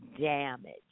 damage